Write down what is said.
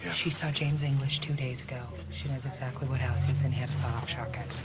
she saw james english two days ago. she knows exactly what house he's in. he had a sawed-off shotgun.